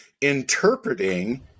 interpreting